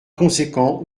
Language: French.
conséquent